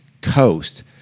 coast